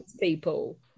people